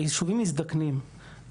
הישובים מזדקנים,